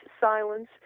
silence